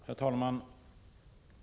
Herr talman!